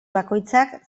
bakoitzak